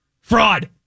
Fraud